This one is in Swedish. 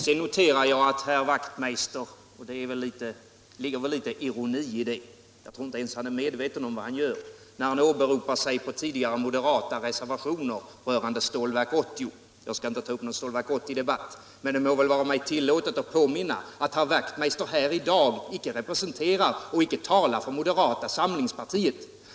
Sedan noterar jag att herr Wachtmeister åberopar sig på tidigare moderata reservationer rörande Stålverk 80. Det ligger väl litet ironi i det, och jag tror inte ens att han är riktigt medveten om vad han gör. Jag skall inte ta upp någon Stålverk 80-debatt, men det må väl vara mig tillåtet att påminna om att herr Wachtmeister här i dag inte representerar och inte talar för moderata samlingspartiet.